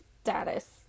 status